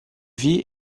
vit